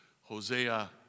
Hosea